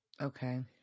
okay